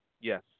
yes